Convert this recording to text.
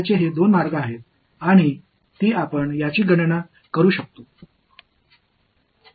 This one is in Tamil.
எனவே இவை ஒரே சிக்கலைக் கணக்கிடுவதற்கான இரண்டு வழிகள் ஜாமெட்ரிக்கல் இண்டுசன் ஆகும்